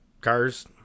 cars